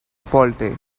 faulty